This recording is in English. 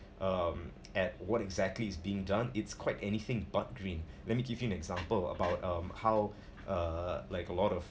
um at what exactly is being done it's quite anything but green let me give you an example what about um how uh like a lot of